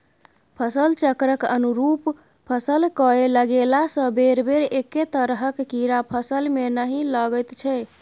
फसल चक्रक अनुरूप फसल कए लगेलासँ बेरबेर एक्के तरहक कीड़ा फसलमे नहि लागैत छै